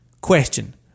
question